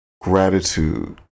gratitude